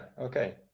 okay